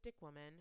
woman